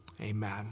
Amen